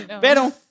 pero